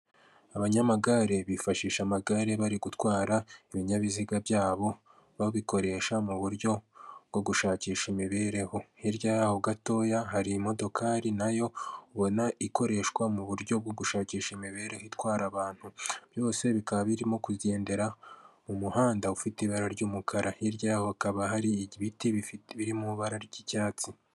Abanyamagare bifashisha amagare bari gutwara ibinyabiziga byabo babikoresha mu buryo bwo gushakisha imibereho, hirya yaho gatoya hari imodokari nayo ubona ikoreshwa mu buryo bwo gushakisha imibereho itwara abantu, byose bikaba birimo kugendera mu muhanda ufite ibara ry'umukara, hirya yaho hakaba hari ibiti biri mu ibara ry'icyatsi.